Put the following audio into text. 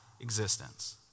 existence